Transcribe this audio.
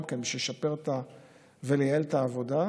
גם כן כדי לשפר ולייעל את העבודה.